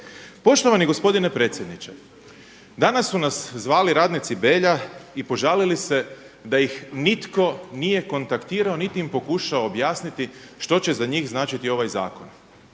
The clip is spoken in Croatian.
Poštovani gospodine predsjedniče, danas su nas zvali radnici Belja i požalili se da ih nitko nije kontaktirao niti im pokušao objasniti što će za njih značiti ovaj zakon,